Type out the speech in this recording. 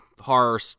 horror